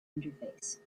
interface